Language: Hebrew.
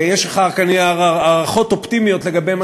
יש לך כנראה הערכות אופטימיות לגבי מה